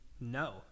No